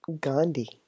Gandhi